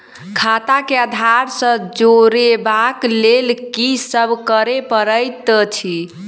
खाता केँ आधार सँ जोड़ेबाक लेल की सब करै पड़तै अछि?